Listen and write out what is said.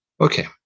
Okay